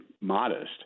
modest